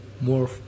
more